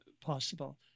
possible